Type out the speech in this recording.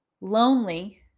Lonely